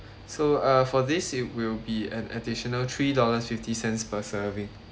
so uh for this it will be an additional three dollars fifty cents per serving